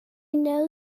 know